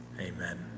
Amen